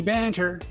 Banter